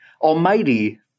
Almighty